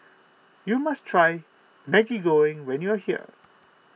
you must try Maggi Goreng when you are here